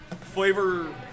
Flavor